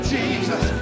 Jesus